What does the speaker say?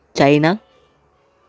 China